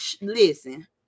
Listen